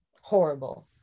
horrible